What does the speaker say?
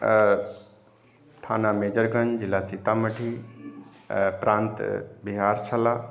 आ थाना मेजरगञ्ज जिला सीतामढ़ी आ प्रान्त बिहार छलए